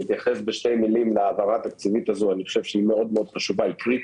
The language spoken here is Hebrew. ההעברה התקציבית הזאת קריטית,